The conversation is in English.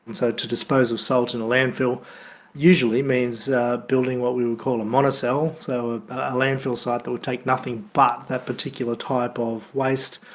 and so to dispose of salt in a landfill usually means building what we would call a monocell, so a ah landfill site that would take nothing but that particular type of waste,